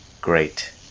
great